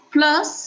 Plus